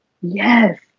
yes